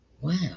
wow